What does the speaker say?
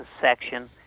section